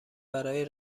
برای